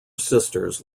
sisters